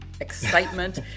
excitement